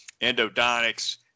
endodontics